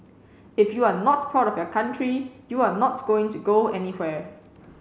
if you are not proud of your country you are not going to go anywhere